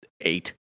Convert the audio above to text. eight